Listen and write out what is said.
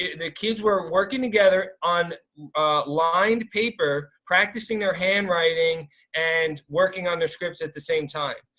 yeah the kids were working together on lined paper practicing their handwriting and working on their scripts at the same time.